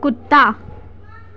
ਕੁੱਤਾ